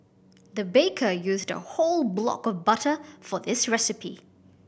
the baker used a whole block of butter for this recipe